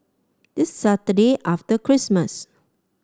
this Saturday after Christmas